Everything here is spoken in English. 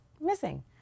missing